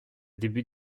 début